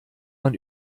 man